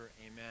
amen